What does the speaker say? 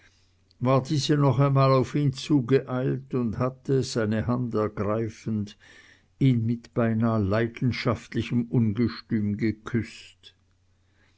war diese noch einmal auf ihn zugeeilt und hatte seine hand ergreifend ihn mit beinah leidenschaftlichem ungestüm geküßt